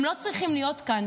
הם לא צריכים להיות כאן.